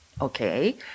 Okay